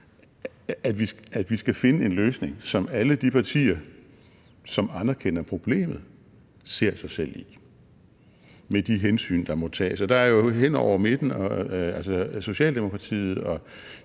at finde en løsning, som alle de partier, som anerkender problemet, ser sig selv i – med de hensyn, der må tages. Og det er jo hen over midten. Altså, Socialdemokratiet og